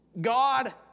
God